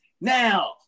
now